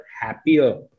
happier